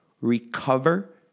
recover